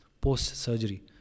post-surgery